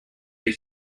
big